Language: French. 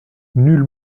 nul